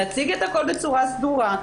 נציג את הכול בצורה סדורה.